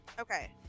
okay